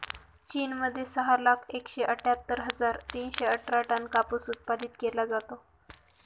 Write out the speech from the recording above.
चीन मध्ये सहा लाख एकशे अठ्ठ्यातर हजार तीनशे अठरा टन कापूस उत्पादित केला जातो